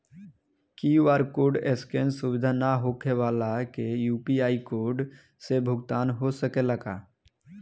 QR code scan सुविधा ना होखे वाला के यू.पी.आई कोड से भुगतान हो सकेला का?